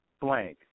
blank